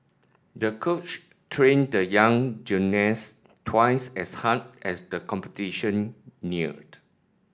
the coach trained the young gymnast twice as hard as the competition neared